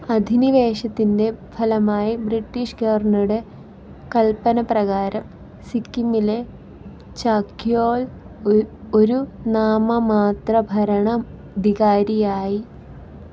അധിനിവേശത്തിന്റെ ഫലമായി ബ്രിട്ടീഷ് ഗവർണറുടെ കല്പനപ്രകാരം സിക്കിമിലെ ചഗ്യോൽ ഒരു നാമമാത്രഭരണം ധികാരിയായി